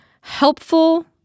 helpful